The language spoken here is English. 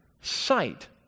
sight